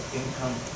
income